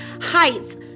heights